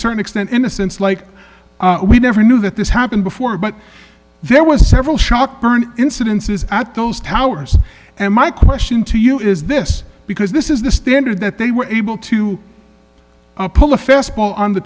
certain extent innocence like we never knew that this happened before but there was several shock burn incidences at those towers and my question to you is this because this is the standard that they were able to pull a fast ball on the